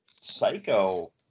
psycho